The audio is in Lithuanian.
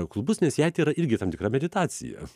klubus nes jei tai yra irgi tam tikra meditacija